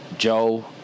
Joe